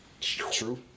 True